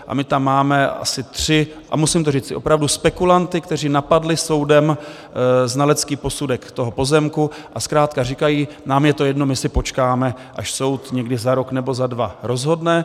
A my tam máme asi tři a musím to říci opravdu spekulanty, kteří napadli soudem znalecký posudek toho pozemku a zkrátka říkají: nám je to jedno, my si počkáme, až soud někdy za rok nebo za dva rozhodne.